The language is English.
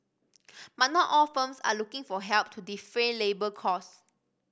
but not all firms are looking for help to defray labour costs